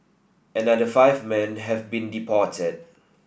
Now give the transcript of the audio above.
another five men have been deported